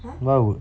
!huh!